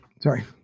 sorry